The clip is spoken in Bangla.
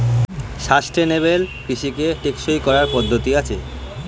সাস্টেনেবল কৃষিকে টেকসই করার পদ্ধতি আছে